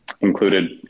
included